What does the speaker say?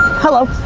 hello.